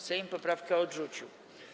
Sejm poprawkę odrzucił.